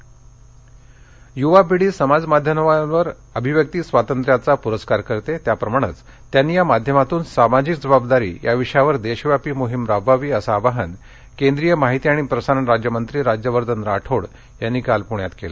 राठोड युवा पिढी समाज माध्यमांवर अभिव्यक्ती स्वातंत्र्याचा पुरस्कार करते त्याप्रमाणेच त्यांनी या माध्यमातून सामाजिक जबाबदारी या विषयावर देशव्यापी मोहीम राबवावी असं आवाहन केंद्रीय माहिती आणि प्रसारण राज्यमंत्री राज्यवर्धन राठोड यांनी काल पुण्यात केलं